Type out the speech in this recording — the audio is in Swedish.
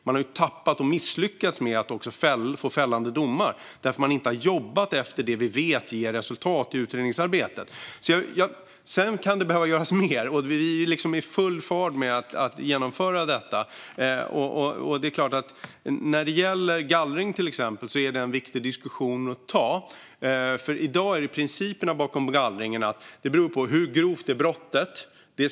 Man har ju misslyckats med att få fällande domar då man inte har jobbet utifrån de sätt i utredningsarbetet som vi vet ger resultat. Visst kan det behöva göras mer. Vi är i full färd med att genomföra det här. När det till exempel gäller gallring är det en viktig diskussion som måste föras. Principerna bakom gallring utgår från hur grovt brottet är.